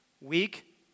Week